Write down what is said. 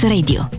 Radio